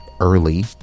early